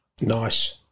Nice